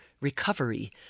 Recovery